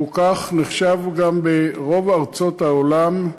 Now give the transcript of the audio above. והוא נחשב כך גם ברוב ארצות העולם,